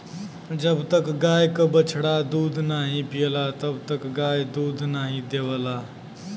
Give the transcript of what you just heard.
जब तक गाय क बछड़ा दूध नाहीं पियला तब तक गाय दूध नाहीं देवला